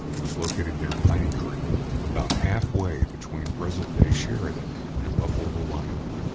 it was located near piney creek about half way between present-day sheridan and buffalo, wyoming.